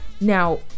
Now